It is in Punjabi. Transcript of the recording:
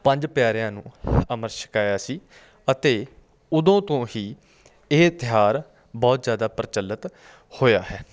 ਪੰਜ ਪਿਆਰਿਆਂ ਨੂੰ ਅੰਮ੍ਰਿਤ ਛਕਾਇਆ ਸੀ ਅਤੇ ਉਦੋਂ ਤੋਂ ਹੀ ਇਹ ਤਿਉਹਾਰ ਬਹੁਤ ਜ਼ਿਆਦਾ ਪ੍ਰਚੱਲਿਤ ਹੋਇਆ ਹੈ